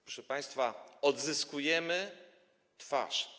Proszę państwa, odzyskujemy twarz.